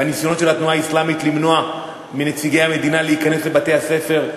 הניסיונות של התנועה האסלאמית למנוע מנציגי המדינה להיכנס לבתי-הספר,